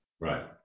Right